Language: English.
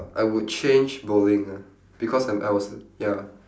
I would change bowling lah because I'm I was ya